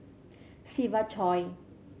Siva Choy